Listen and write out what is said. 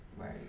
right